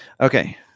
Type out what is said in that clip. Okay